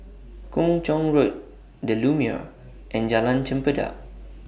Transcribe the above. Kung Chong Road The Lumiere and Jalan Chempedak